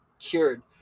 cured